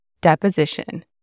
deposition